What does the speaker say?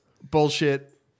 Bullshit